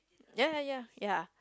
ya ya ya